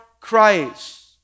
Christ